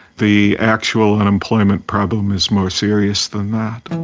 the actual unemployment problem is more serious than that.